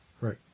right